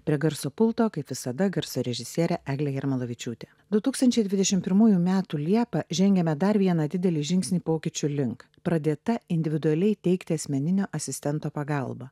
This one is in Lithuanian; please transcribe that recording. prie garso pulto kaip visada garso režisierė eglė jarmalavičiūtė du tūkstančiai dvidešimt pirmųjų metų liepą žengėme dar vieną didelį žingsnį pokyčių link pradėta individualiai teikti asmeninio asistento pagalba